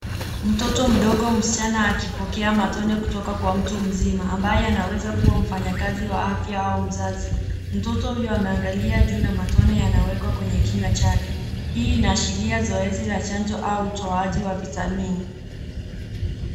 Mtoto mdogo msichana akipokea matone kutoka kwa mtu mzima, ambaye anaweza kuwa mfanyikazi wa afya, au mzazi. Mtoto huyu ameangalia juu, na matone yanawekwa kwenye kinywa chake. Hii inaashiria zoezi ya chanjo, au utoaji wa vitamini.